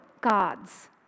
gods